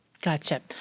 Gotcha